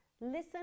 Listen